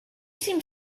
seemed